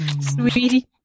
sweetie